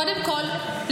קודם כול,